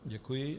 Děkuji.